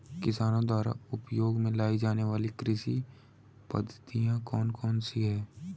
किसानों द्वारा उपयोग में लाई जाने वाली कृषि पद्धतियाँ कौन कौन सी हैं?